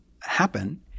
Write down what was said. happen